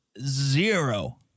zero